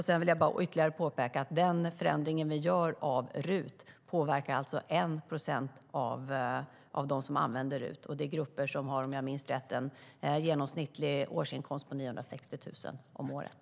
Sedan vill jag återigen påpeka att den förändring som vi gör av RUT alltså påverkar 1 procent av dem som använder RUT, och det är grupper som, om jag minns rätt, har en genomsnittlig inkomst på 960 000 kronor om året.